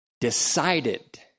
decided